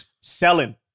selling